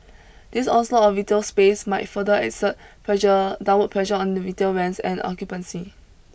this onslaught of retail space might further exert pressure downward pressure on the retail rents and occupancy